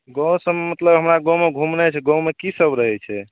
गाँव तऽ मतलब हमरा गाँवमे घुमनाइ छै गाँवमे की सब रहय छै